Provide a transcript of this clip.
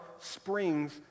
springs